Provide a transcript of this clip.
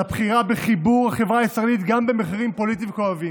על הבחירה בחיבור החברה הישראלית גם במחירים פוליטיים כואבים.